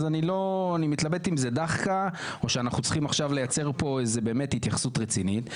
אני מתלבט אם זו דאחקה או שאנחנו צריכים לייצר פה התייחסות רצינית.